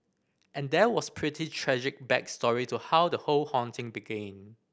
and there was pretty tragic back story to how the whole haunting began